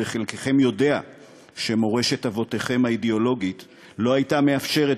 וחלקכם יודע שמורשת אבותיכם האידיאולוגית לא הייתה מאפשרת